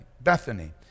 Bethany